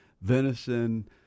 venison